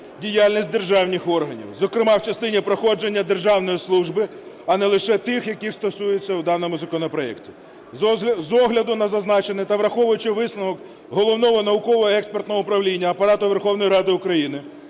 діяльність державних органів, зокрема в частині проходження державної служби, а не лише тих, яких стосується у даному законопроекті. З огляду на зазначене та враховуючи висновок Головного науково-експертного управління Апарату